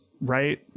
right